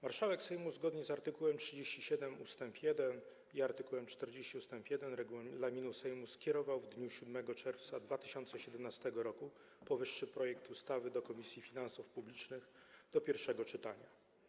Marszałek Sejmu, zgodnie z art. 37 ust. 1 i art. 40 ust. 1 regulaminu Sejmu, skierował w dniu 7 czerwca 2017 r. powyższy projekt ustawy do Komisji Finansów Publicznych do pierwszego czytania.